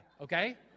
okay